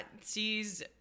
sees